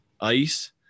ice